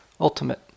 ultimate